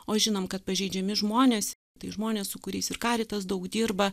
o žinom kad pažeidžiami žmonės tai žmonės su kuriais ir karitas daug dirba